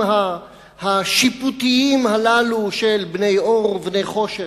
השיפוטיים הללו של בני-אור ובני-חושך.